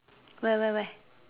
where where where